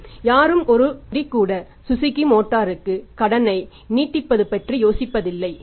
மற்றும் யாரும் ஒரு நொடி கூட சுசுகி மோட்டாருக்கு கடனை நீட்டிப்பு பற்றி யோசிப்பதில்லை